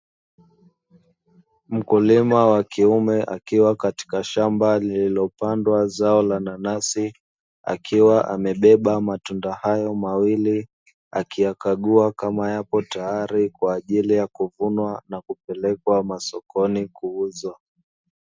Mkulima wa kiume akiwa katika shamba lililopandwa zao la nanasi, akiwa amebeba matunda hayo mawili, akiyakagua kama yapo tayari kwa ajili ya kuvunwa na kupelekwa sokoni kuuzwa.